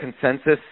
consensus